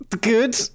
good